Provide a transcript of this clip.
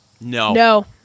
No